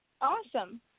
Awesome